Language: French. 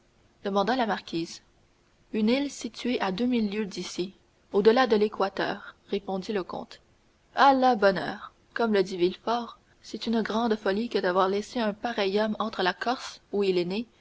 demanda la marquise une île située à deux mille lieues d'ici au-delà de l'équateur répondit le comte à la bonne heure comme le dit villefort c'est une grande folie que d'avoir laissé un pareil homme entre la corse où il est né